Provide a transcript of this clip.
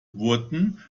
wurden